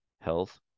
health